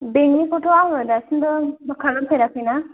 बेंकनिखौथ' आङो दासिमबो बुक खालामफेराखैना